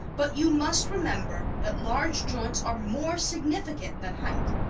but you must remember that large joints are more significant than height.